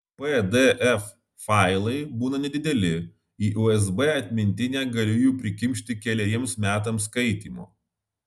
pdf failai būna nedideli į usb atmintinę galiu jų prikimšti keleriems metams skaitymo